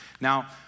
Now